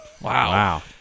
Wow